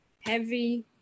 heavy